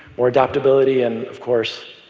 more adaptability and, of course,